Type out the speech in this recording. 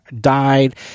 died